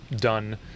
done